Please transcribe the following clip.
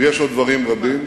ויש עוד דברים רבים.